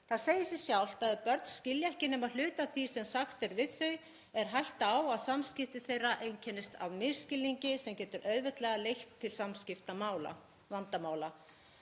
Það segir sig sjálft að ef börn skilja ekki nema hluta af því sem sagt er við þau er hætta á að samskipti þeirra einkennist af misskilningi sem getur auðveldlega leitt til samskiptavandamála.